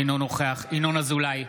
אינו נוכח ינון אזולאי,